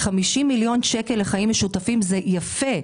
50 מיליון שקל לחיים משותפים זה יפה,